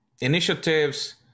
initiatives